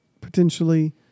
potentially